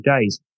days